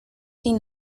sin